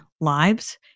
lives